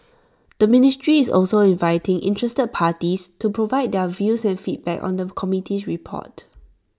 the ministry is also inviting interested parties to provide their views and feedback on the committee's report